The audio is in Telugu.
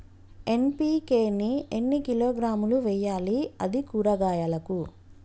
ఎన్.పి.కే ని ఎన్ని కిలోగ్రాములు వెయ్యాలి? అది కూరగాయలకు?